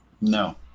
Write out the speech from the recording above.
no